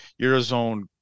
Eurozone